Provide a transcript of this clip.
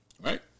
Right